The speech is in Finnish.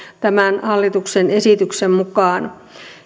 tämän hallituksen esityksen mukaan